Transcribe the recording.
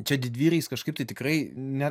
čia didvyriais kažkaip tai tikrai ne